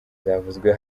zavuzwe